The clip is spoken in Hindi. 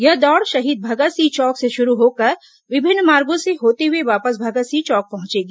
यह दौड़ शहीद भगत सिंह चौक से शुरू होकर विभिन्न मार्गो से होते हुए वापस भगत सिंह चौक पहुंचेगी